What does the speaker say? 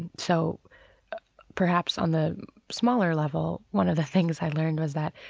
and so perhaps on the smaller level, one of the things i learned was that,